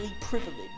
privileged